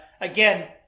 again